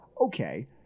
okay